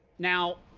now,